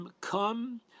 come